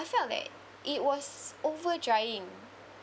I felt that it was over drying